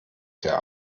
der